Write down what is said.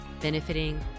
benefiting